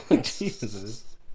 Jesus